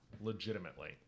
legitimately